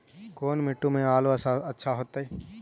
कोन मट्टी में आलु अच्छा होतै?